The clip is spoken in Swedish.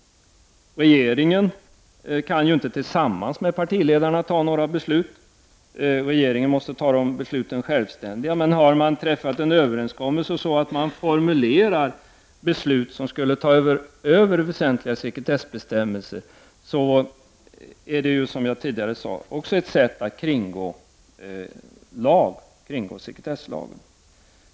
Regeringen kan ju inte tillsammans med partiledarna fatta några beslut, utan regeringen måste självständigt fatta besluten. Om man emellertid har träffat en överenskommelse som innebär att man har formulerat beslut som tar över viktiga sekretessbestämmelser, är ju detta, som jag tidigare sade, också ett sätt att kringgå sekretesslagen.